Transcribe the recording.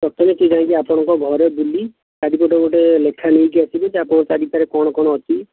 ସପ୍ତାହରେ ଦେଖି ଯାଇ ଆପଣଙ୍କ ଘର ଦିଲ୍ଲୀ ଚାରିପଟର ଗୋଟିଏ ଲେଖା ନେଇକି ଆସିବେ ଘର ଭିତରେ କ'ଣ କ'ଣ ଅଛି